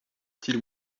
till